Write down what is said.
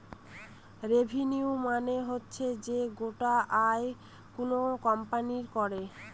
revenue মানে হচ্ছে যে গোটা আয় কোনো কোম্পানি করে